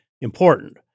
important